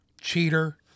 Cheater